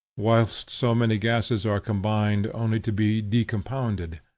whilst so many gases are combined only to be decompounded.